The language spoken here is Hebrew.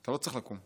אתה לא צריך לקום.